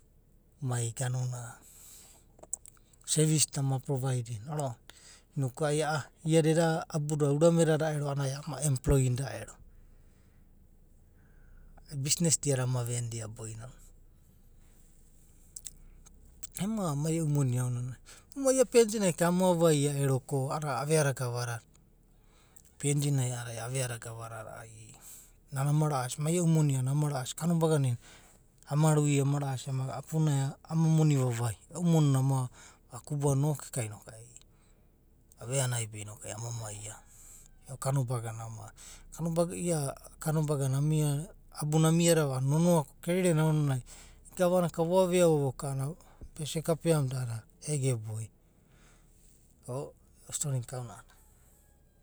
Mai ganuna, service na ama provide diria oraonava. Inoku ai a’a iada eda abuda urame dada ero a’adada ai ama employin da ero, business da iada ama venidia oroinana ema mai e’u moni aonanai. Ama mai ia PNG nai ka ama vavai’a ko a’adada avea da gava dada, PNG nai a’adada ai avea da gava dada. ai na ama ra’asi. mai e’u moni ounanai ama ra’asi kanobagana i’inana ama ruia. ama ra’as ama gana ap unai ama moni vavai, e’u moni na ama vakubua noku eka noku ai, aveanai be noku oi ama mai is e’u kanabaga nai ama. ia kanobagana amiadava. abuna amia dava a’anana nonoa ko kerere na aonanai ema gava naka veau’a voka a’ananai. bese kapea muda a’adada ege boio